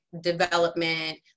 development